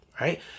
right